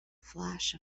flash